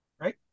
Right